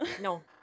No